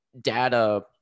data